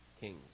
Kings